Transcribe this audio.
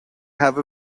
have